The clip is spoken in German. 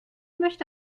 möchte